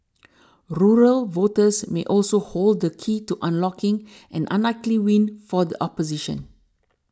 rural voters may also hold the key to unlocking an unlikely win for the opposition